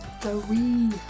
Three